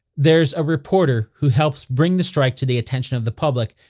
there's a reporter who helps bring the strike to the attention of the public.